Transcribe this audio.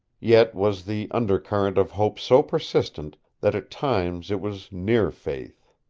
yet was the under-current of hope so persistent that at times it was near faith.